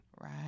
Right